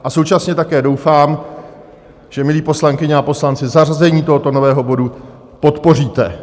A současně také doufám, milé poslankyně a poslanci, že zařazení tohoto nového bodu podpoříte.